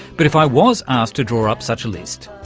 but if i was asked to draw up such a list,